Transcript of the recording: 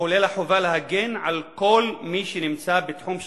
כולל החובה להגן על כל מי שנמצא בתחום שיפוטן,